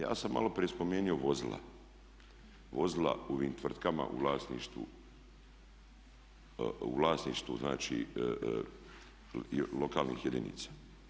Ja sam malo prije spomenuo vozila, vozila u ovim tvrtkama u vlasništvu znači lokalnih jedinica.